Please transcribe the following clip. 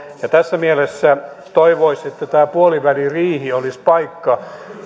tässä mielessä toivoisin että tämä puoliväliriihi olisi paikka